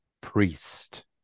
priest